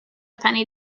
penny